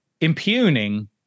Impugning